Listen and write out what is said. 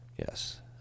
yes